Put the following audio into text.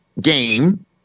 game